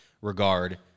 regard